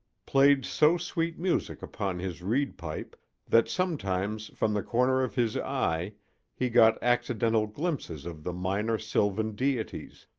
played so sweet music upon his reed pipe that sometimes from the corner of his eye he got accidental glimpses of the minor sylvan deities,